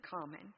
common